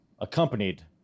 accompanied